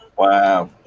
wow